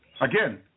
Again